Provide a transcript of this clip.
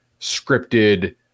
scripted